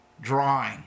Drawing